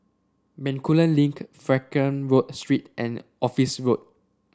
Bencoolen Link Frankel Road Street and Office Road